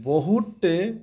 ବହୁଟେ